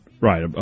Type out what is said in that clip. right